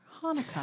Hanukkah